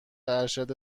ارشد